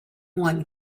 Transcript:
one